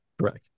Correct